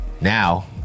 Now